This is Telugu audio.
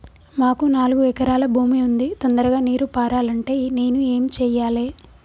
మాకు నాలుగు ఎకరాల భూమి ఉంది, తొందరగా నీరు పారాలంటే నేను ఏం చెయ్యాలే?